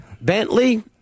Bentley